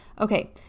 Okay